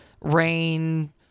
Rain